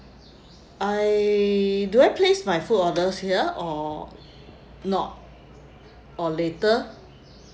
I do I place my food orders here or not or later